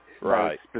Right